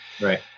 right